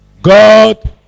God